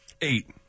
Eight